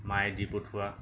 মায়ে দি পঠিওৱা